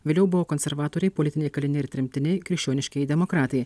vėliau buvo konservatoriai politiniai kaliniai ir tremtiniai krikščioniškieji demokratai